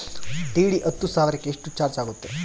DD ಹತ್ತು ಸಾವಿರಕ್ಕೆ ಎಷ್ಟು ಚಾಜ್೯ ಆಗತ್ತೆ?